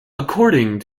according